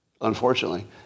unfortunately